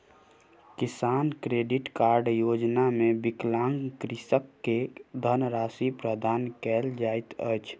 किसान credit card योजना मे विकलांग कृषक के धनराशि प्रदान कयल जाइत अछि